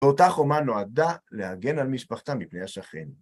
ואותה חומה נועדה להגן על משפחתה מפני השכן.